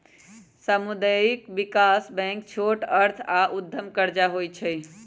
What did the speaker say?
सामुदायिक विकास बैंक छोट अर्थ आऽ उद्यम कर्जा दइ छइ